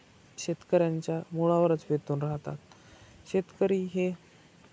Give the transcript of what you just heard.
शेतकऱ्यांच्या मुळावरच बेतून राहतात शेतकरी हे